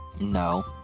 No